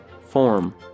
Form